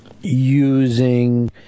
using